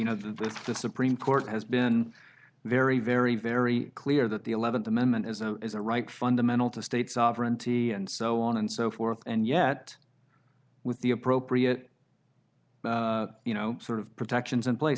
know that the supreme court has been very very very clear that the eleventh amendment is a is a right fundamental to state sovereignty and so on and so forth and yet with the appropriate you know sort of protections in place